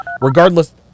Regardless